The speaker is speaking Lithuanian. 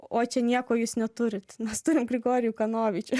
o čia nieko jūs neturit mes turim grigorijų kanovičių